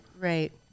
Right